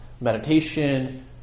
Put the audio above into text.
meditation